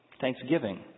Thanksgiving